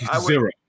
Zero